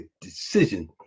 decision